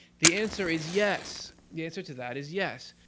the answer is, yes. the answer to that is yes.